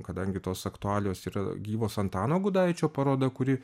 kadangi tos aktualijos yra gyvos antano gudaičio paroda kuri